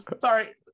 sorry